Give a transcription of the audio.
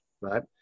right